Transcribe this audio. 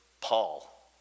Paul